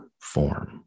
form